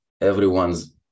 everyone's